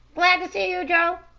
glad to see you, joe.